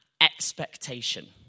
Expectation